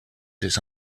des